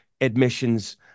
admissions